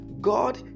God